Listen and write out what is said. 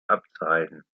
abzuhalten